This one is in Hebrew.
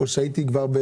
או שכבר הייתי?